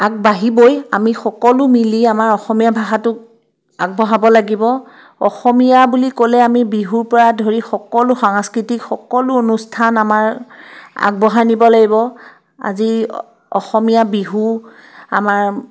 আগবাঢ়িবই আমি সকলো মিলি আমাৰ অসমীয়া ভাষাটোক আগবঢ়াব লাগিব অসমীয়া বুলি ক'লে আমি বিহুৰ পৰা ধৰি সকলো সাংস্কৃতিক সকলো অনুষ্ঠান আমাৰ আগবঢ়াই নিব লাগিব আজি অসমীয়া বিহু আমাৰ